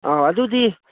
ꯑꯧ ꯑꯗꯨꯗꯤ